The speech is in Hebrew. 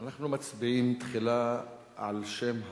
אנחנו מצביעים תחילה על שם החוק,